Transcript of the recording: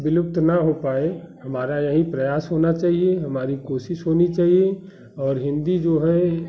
विलुप्त न हो पाए हमारा यही प्रयास होना चाहिए हमारी कोशिश होनी चाहिए और हिन्दी जो है